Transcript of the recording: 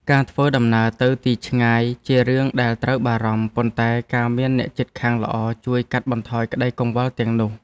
ការធ្វើដំណើរទៅទីឆ្ងាយជារឿងដែលត្រូវបារម្ភ ប៉ុន្តែការមានអ្នកជិតខាងល្អជួយកាត់បន្ថយក្តីកង្វល់ទាំងនោះ។